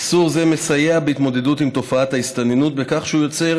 איסור זה מסייע בהתמודדות עם תופעת ההסתננות בכך שהוא יוצר